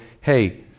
hey